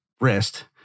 wrist